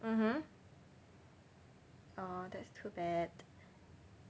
mmhmm ah that's too bad